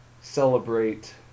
celebrate